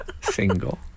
single